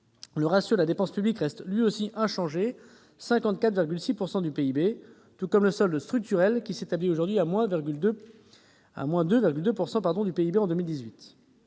Le ratio de dépense publique reste lui aussi inchangé, à 54,6 % du PIB, tout comme le solde structurel, qui s'établit toujours à moins 2,2 % du PIB en 2018.